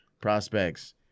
prospects –